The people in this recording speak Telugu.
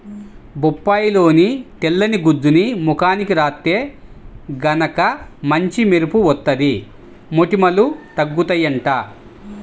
బొప్పాయిలోని తెల్లని గుజ్జుని ముఖానికి రాత్తే గనక మంచి మెరుపు వత్తది, మొటిమలూ తగ్గుతయ్యంట